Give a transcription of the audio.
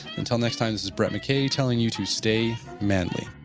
until next time, this is brett mckay telling you to stay manly